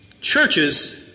churches